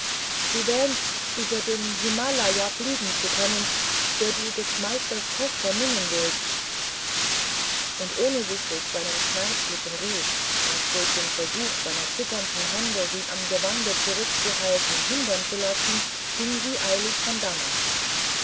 du wähnst über den himalaya fliegen zu können der du des meisters tochter minnen willst und ohne sich durch seinen schmerzlichen ruf und durch den versuch seiner zitternden hände sie am gewande zurückzuhalten hindern zu lassen ging sie eilig von dannen